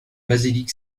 basilique